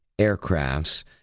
aircrafts